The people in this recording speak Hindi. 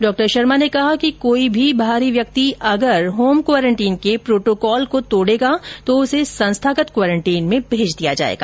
डॉ शर्मा ने कहा कि कोई भी बाहरी व्यक्ति अगर होम क्वारेंटोन के प्रोटोकॉल को तोडेगा उसे संस्थागत क्वारेंटीन में भेज दिया जाएगा